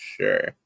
Sure